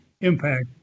impact